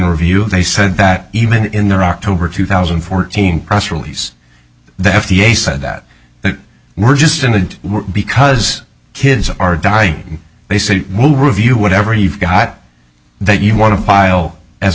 review they said that even in their october two thousand and fourteen press release the f d a said that they were just in the because kids are dying they said we'll review whatever you've got that you want to file as